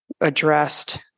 addressed